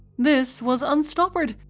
this was unstoppered,